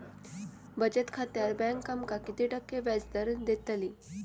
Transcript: बचत खात्यार बँक आमका किती टक्के व्याजदर देतली?